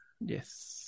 Yes